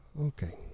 Okay